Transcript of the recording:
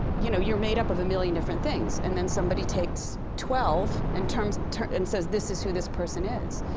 you know, you're made up of a million different things. and then somebody takes twelve, and turns turns and says, this is who this person is.